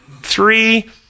Three